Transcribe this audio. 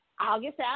August